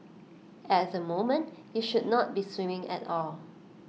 at the moment you should not be swimming at all